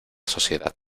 sociedad